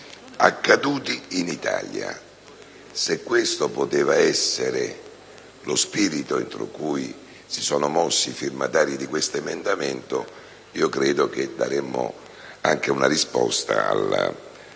accaduti in Italia». Se questo è lo spirito entro cui si sono mossi i firmatari di questo emendamento, credo che daremmo una risposta al